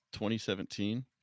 2017